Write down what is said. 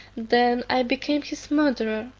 then i became his murderer,